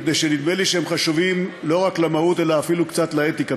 מפני שנדמה לי שהם חשובים לא רק למהות אלא אפילו קצת לאתיקה,